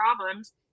problems